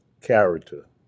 character